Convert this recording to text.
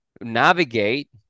navigate